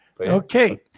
Okay